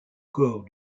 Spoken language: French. corps